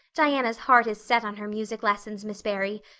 diana's heart is set on her music lessons, miss barry,